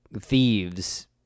thieves